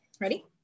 Ready